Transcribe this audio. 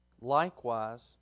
likewise